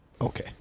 Okay